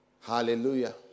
Hallelujah